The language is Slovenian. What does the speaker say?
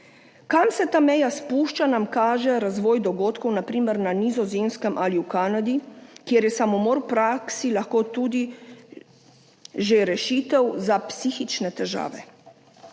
Kam se ta meja spušča, nam kaže razvoj dogodkov na primer na Nizozemskem ali v Kanadi, kjer je samomor v praksi lahko tudi že rešitev za psihične težave,